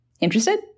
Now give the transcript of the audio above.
Interested